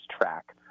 track